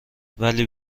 ولی